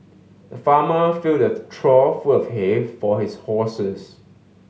the farmer filled a trough full of hay for his horses